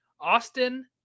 Austin